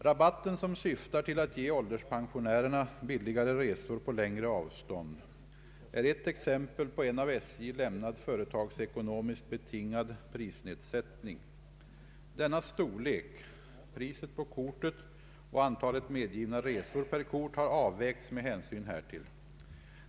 Rabatten, som syftar till att ge ålderspensionärerna billigare resor på längre avstånd, är ett exempel på en av SJ lämnad, företagsekonomiskt betingad prisnedsättning. Dennas storlek, priset på kortet och antalet medgivna resor per kort har avvägts med hänsyn härtill.